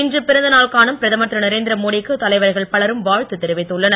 இன்று பிறந்தநாள் காணும் பிரதமர் திரு நரேந்திரமோடிக்கு தலைவர்கள் பலரும் வாழ்த்து தெரிவித்துள்ளனர்